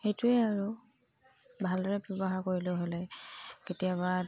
সেইটোৱে আৰু ভালদৰে ব্যৱহাৰ কৰিলোঁ হ'লে কেতিয়াবা